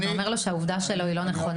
שאתה אומר לו שהעובדה שלו היא לא נכונה?